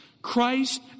Christ